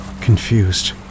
confused